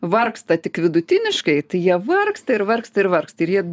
vargsta tik vidutiniškai tai jie vargsta ir vargsta ir vargsta ir jie